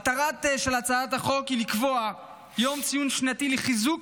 מטרת הצעת החוק היא לקבוע יום ציון שנתי לחיזוק